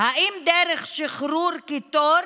האם דרך שחרור קיטור